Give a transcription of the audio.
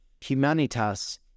Humanitas